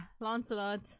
Lancelot